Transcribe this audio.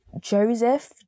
joseph